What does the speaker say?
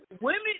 Women